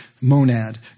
monad